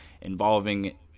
involving